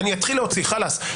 אני אתחיל להוציא, חאלס.